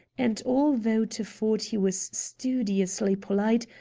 and although to ford he was studiously polite,